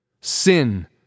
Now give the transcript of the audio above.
Sin